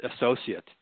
associate